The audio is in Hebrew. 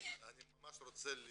ממש רוצה להתייחס,